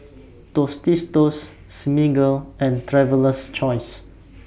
Tostitos Smiggle and Traveler's Choice